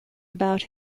about